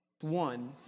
one